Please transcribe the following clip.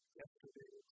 yesterday